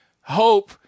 hope